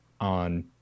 on